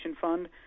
Fund